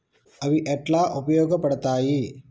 అవి ఎట్లా ఉపయోగ పడతాయి?